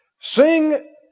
Sing